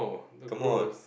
come on